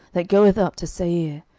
that goeth up to seir,